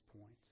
point